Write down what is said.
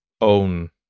own